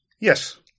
Yes